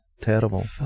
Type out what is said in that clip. terrible